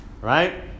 right